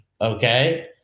Okay